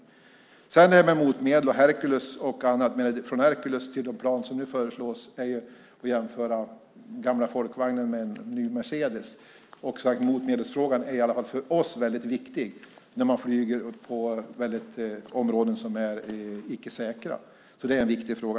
När det sedan gäller detta med motmedel, Hercules och annat är en jämförelse mellan Hercules och de plan som nu föreslås som att jämföra den gamla folkvagnen med en ny mercedes. Och motmedelsfrågan är i alla fall för oss väldigt viktig när det gäller att flyga i områden som icke är säkra.